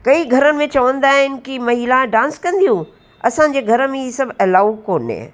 कई घरनि में चवंदा आहिनि की महिला डांस कंदियूं असांजे घर में हीउ सभु अलाऊ कोन्हे